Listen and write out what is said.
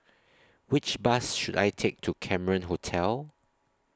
Which Bus should I Take to Cameron Hotel